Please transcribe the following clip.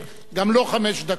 גם לו חמש דקות,